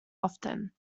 often